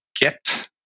get